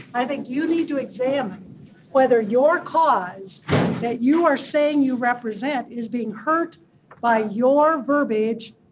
i think you need to examine whether your cause that you are saying you represent is being hurt by your verbiage.